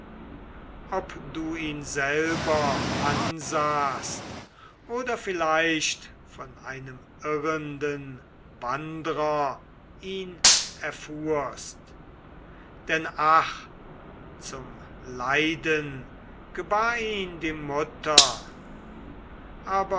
ob du ihn selber ansahst oder vielleicht von einem irrenden wandrer ihn erfuhrst denn ach zum leiden gebar ihn die mutter